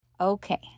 Okay